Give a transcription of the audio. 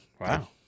wow